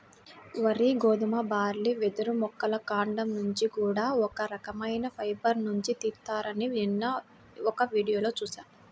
వరి, గోధుమ, బార్లీ, వెదురు మొక్కల కాండం నుంచి కూడా ఒక రకవైన ఫైబర్ నుంచి తీత్తారని నిన్న ఒక వీడియోలో చూశా